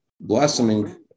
blossoming